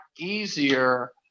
easier